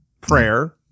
Prayer